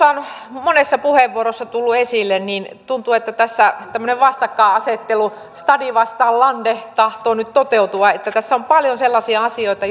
monessa puheenvuorossa on tullut esille tuntuu että tässä tämmöinen vastakkainasettelu stadi vastaan lande tahtoo nyt toteutua tässä on paljon sellaisia asioita